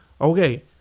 Okay